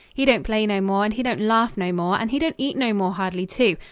he don't play no more, and he don't laugh no more, and he don't eat no more hardly, too.